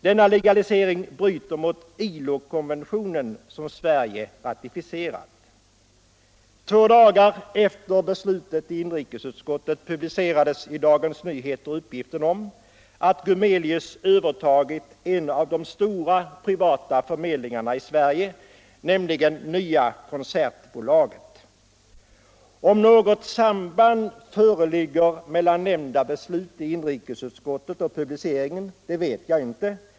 Denna legalisering bryter mot ILO-konventionen, som Sverige ratificerat. Två dagar efter beslutet i inrikesutskottet publicerades i Dagens Nyheter uppgiften om att Gumelius övertagit en av de stora privata förmedlingarna i Sverige, nämligen Nya Konsertbolaget. Om något samband föreligger mellan nämnda beslut i inrikesutskottet och publiceringen vet jag inte.